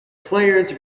players